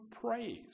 praise